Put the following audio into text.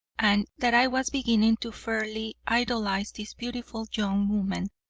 and that i was beginning to fairly idolize this beautiful young woman,